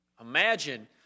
Imagine